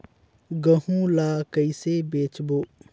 गहूं ला कइसे बेचबो?